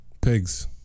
Pigs